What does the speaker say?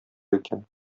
икән